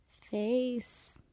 face